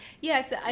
yes